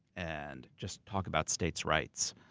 and just talk about states' rights.